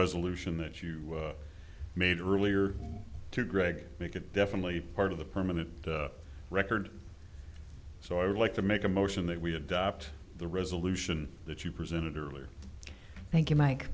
resolution that you made earlier to greg make it definitely part of the permanent record so i would like to make a motion that we adopt the resolution that you presented earlier thank you mike